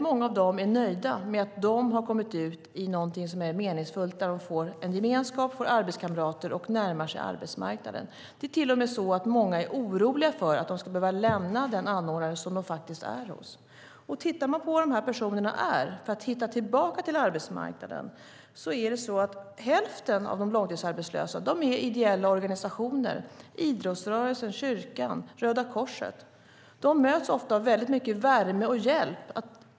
Många av dem är nöjda med att de har kommit ut i något som är meningsfullt. De får en gemenskap och arbetskamrater och närmar sig arbetsmarknaden. Det är till och med så att många är oroliga för att de ska behöva lämna den anordnare som de faktiskt är hos. Vi kan titta på var dessa personer är för att hitta tillbaka till arbetsmarknaden. Hälften av de långtidsarbetslösa är i ideella organisationer - idrottsrörelsen, kyrkan, Röda Korset. De möts ofta av mycket värme och hjälp.